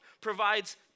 provides